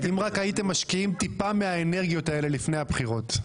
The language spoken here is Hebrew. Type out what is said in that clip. אם רק הייתם משקיעים טיפה מהאנרגיות האלה לפני הבחירות.